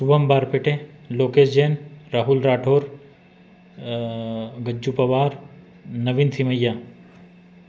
Shubham Barpete Lokesh Jain Rahul Rathore Gajju Pawar Naveen Thimmaiah